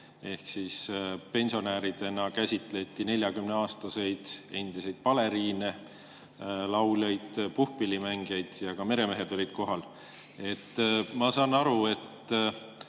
ehk siis pensionäridena käsitleti 40-aastaseid endiseid baleriine, lauljaid, puhkpillimängijaid ja ka meremehed olid kohal. Ma saan aru, et